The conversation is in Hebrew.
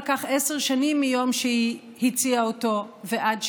עברו עשר שנים מיום שהיא הציעה אותו ועד שעבר.